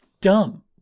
Dumb